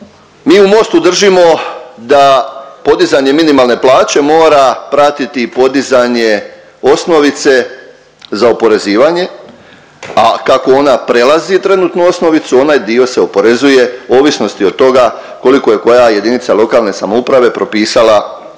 mi u Mostu držimo da podizanje minimalne plaće mora pratiti i podizanje osnovice za oporezivanje, a kako ona prelazi trenutnu osnovicu, onaj dio se oporezuje u ovisnosti od toga koliko je koja jedinica lokalne samouprave propisala taj